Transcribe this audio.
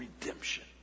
redemption